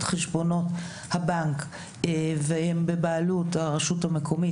חשבונות הבנק והם בעלות הרשות המקומית,